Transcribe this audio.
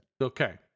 Okay